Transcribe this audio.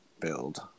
build